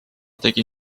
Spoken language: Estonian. tegi